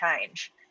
change